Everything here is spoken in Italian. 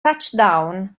touchdown